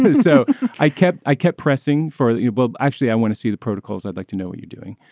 but so i kept i kept pressing for that you know but actually i want to see the protocols i'd like to know what you're doing.